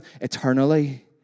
eternally